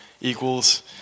equals